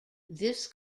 this